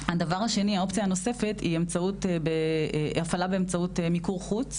האופציה הנוספת היא הפעלה באמצעות מיקור חוץ,